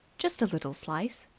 just a little slice.